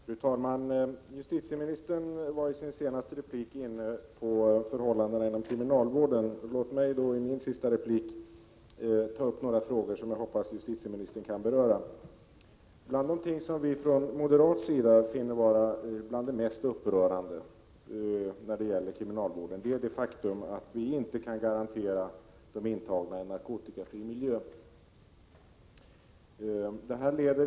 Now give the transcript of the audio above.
Fru talman! I sin senaste replik gick justitieministern in på förhållandena inom kriminalvården. Låt mig då i min sista replik ta upp några frågor som jag hoppas justitieministern kan beröra. Bland de ting inom kriminalvården som vi från moderat sida finner vara bland det mest upprörande är det faktum att vi inte kan garantera de intagna en narkotikafri miljö.